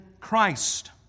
Christ